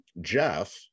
Jeff